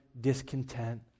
discontent